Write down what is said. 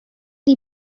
die